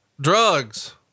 Drugs